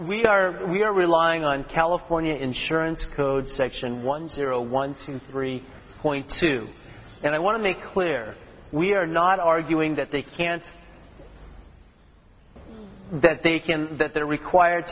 we are we are relying on california insurance code section one zero one two three point two and i want to be clear we are not arguing that they can't that they can that they're required